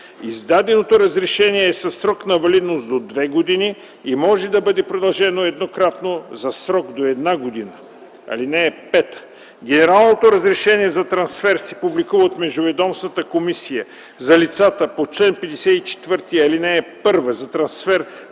Издаденото разрешение е със срок на валидност до 2 години и може да бъде продължено еднократно за срок до 1 година. (5) Генералното разрешение за трансфер се публикува от Междуведомствената комисия за лицата по чл. 54, ал. 1 за трансфер